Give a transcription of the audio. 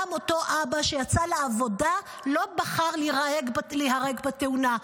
גם אותו אבא שיצא לעבודה לא בחר להיהרג בתאונה.